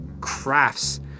crafts